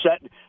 set